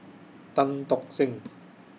Tan Tock Seng